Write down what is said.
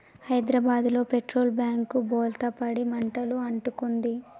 హైదరాబాదులో petrol tank బోల్తా పడి మంటలు అంటుకుంది